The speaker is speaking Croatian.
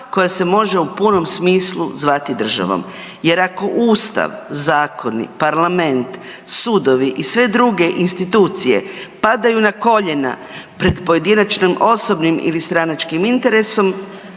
koja se može u punom smislu zvati država. Jer ako Ustav, zakoni, parlament, sudovi i sve druge institucije padaju na koljena pred pojedinačnim osobnim ili stranačkim interesom,